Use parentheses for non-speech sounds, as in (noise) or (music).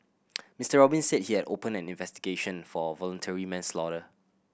(noise) Mister Robin said he had opened an investigation for voluntary (unintelligible)